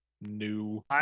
new